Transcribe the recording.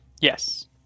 Yes